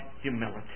humility